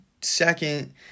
second